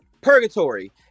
purgatory